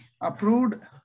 approved